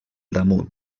damunt